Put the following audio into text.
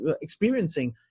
experiencing